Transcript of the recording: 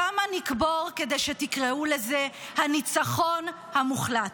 כמה נקבור כדי שתקראו לזה הניצחון המוחלט?